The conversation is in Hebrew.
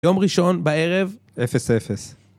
יום ראשון בערב 0-0